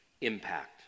impact